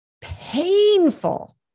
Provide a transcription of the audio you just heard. painful